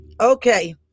okay